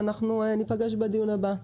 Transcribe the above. ואנחנו ניפגש בדיון הבא.